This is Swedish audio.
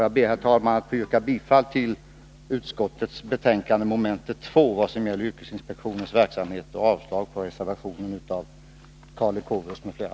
Jag ber, herr talman, att får yrka bifall till utskottets hemställan i mom. 2, som gäller yrkesinspektionens verksamhet, och avslag på reservationen av Karl Leuchovius m.fl.